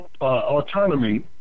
Autonomy